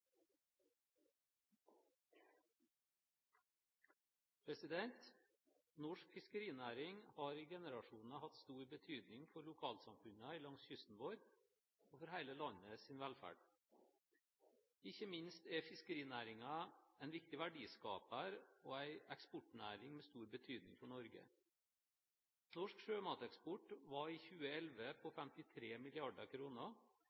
Norsk fiskerinæring har i generasjoner hatt stor betydning for lokalsamfunnene langs kysten vår og for hele landets velferd. Ikke minst er fiskerinæringen en viktig verdiskaper og en eksportnæring med stor betydning for Norge. Norsk sjømateksport var i 2011 på